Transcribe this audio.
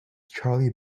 charlie